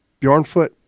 Bjornfoot